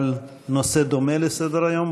העלה נושא דומה לסדר-היום.